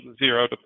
zero